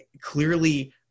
clearly